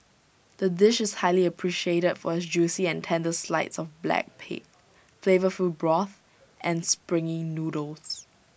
the dish is highly appreciated for its juicy and tender slides of black pig flavourful broth and springy noodles